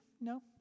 No